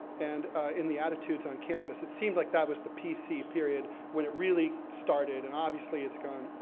and in the attitudes on campus. it seemed like that was the pc period, when it really started, and obviously, it's gone,